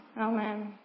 Amen